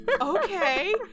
Okay